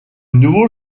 nouveau